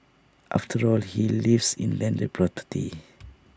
after all he lives in landed property